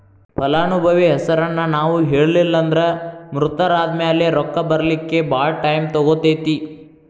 ಫಲಾನುಭವಿ ಹೆಸರನ್ನ ನಾವು ಹೇಳಿಲ್ಲನ್ದ್ರ ಮೃತರಾದ್ಮ್ಯಾಲೆ ರೊಕ್ಕ ಬರ್ಲಿಕ್ಕೆ ಭಾಳ್ ಟೈಮ್ ತಗೊತೇತಿ